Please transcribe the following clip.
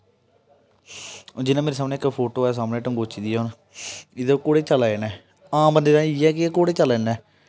जि'यां मेरे सामने इक फोटो ऐ सामने टंगोची दी ऐ एह्दे च घोडे़ चला दे न आम बंदे दा इ'यै कि एह् घोडे़ चला दे न